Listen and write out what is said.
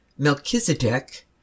Melchizedek